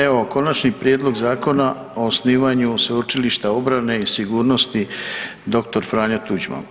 Evo, Konačni prijedlog Zakona o osnivanju Sveučilišta obrane i sigurnosti dr. Franjo Tuđman.